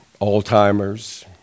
Alzheimer's